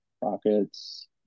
Rockets